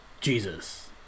Jesus